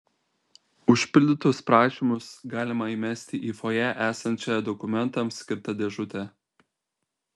užpildytus prašymus galima įmesti į fojė esančią dokumentams skirtą dėžutę